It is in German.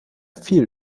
viel